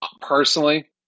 personally